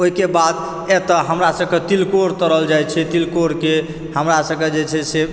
ओहिके बाद एतऽ हमरा सबके तिलकोर तरल जाइ छै तिलकोर के हमरा सबके जे छै से